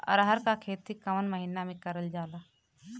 अरहर क खेती कवन महिना मे करल जाला?